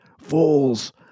Fools